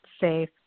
safe